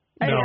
No